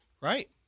right